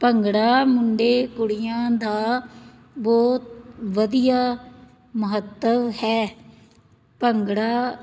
ਭੰਗੜਾ ਮੁੰਡੇ ਕੁੜੀਆਂ ਦਾ ਬਹੁਤ ਵਧੀਆ ਮਹੱਤਵ ਹੈ ਭੰਗੜਾ